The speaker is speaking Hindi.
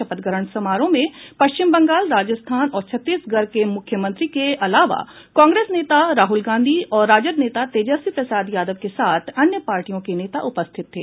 शपथ ग्रहण समारोह में पश्चिम बंगाल राजस्थान और छत्तीसगढ के मुख्यमंत्रियों के अलावा कांग्रेस नेता राहुल गांधी और राजद नेता तेजस्वी प्रसाद यादव के साथ अन्य पार्टियों के नेता उपस्थित थे